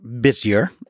busier